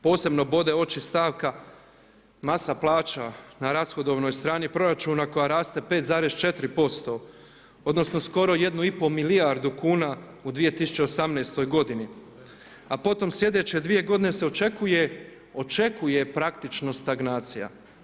Posebno bode oči stavka masa plaća na rashodovnoj strani proračuna koja raste 5,4% odnosno skoro 1 i pol milijardu kuna u 2018. godini, a potom sljedeće dvije godine se očekuje, očekuje praktično stagnacija.